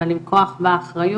אבל עם כוח בא אחריות,